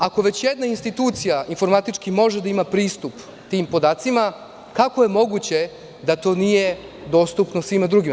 Jer, ako već jedna institucija informatički može da ima pristup tim podacima, kako je moguće da to nije dostupno svima drugima?